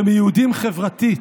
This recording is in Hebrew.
שהם יהודים חברתית,